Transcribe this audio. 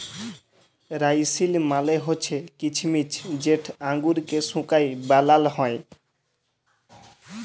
রাইসিল মালে হছে কিছমিছ যেট আঙুরকে শুঁকায় বালাল হ্যয়